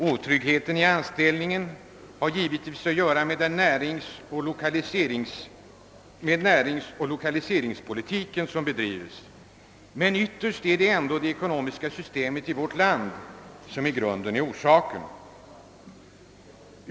Oryggheten i anställningen har givetvis att göra med den näringsoch lokaliseringspolitik som bedrivs, men ytterst är det ekonomiska systemet i vårt land orsaken.